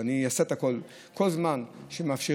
ואני אעשה את הכול: כל זמן שמאפשרים,